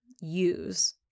use